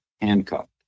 handcuffed